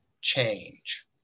change